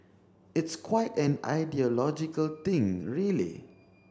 it's quite an ideological thing really